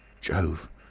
jove!